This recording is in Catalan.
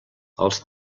els